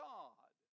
God